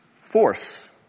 force